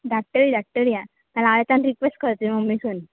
धाडटली धाडटली नाल्यार हांव येता आनी रिक्वेस्ट करतले मम्मीसून